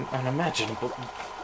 unimaginable